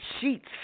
sheets